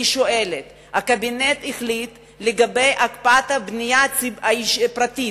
אני שואלת: הקבינט החליט לגבי הקפאת הבנייה הפרטית.